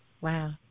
Wow